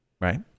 right